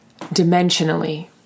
dimensionally